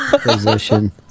position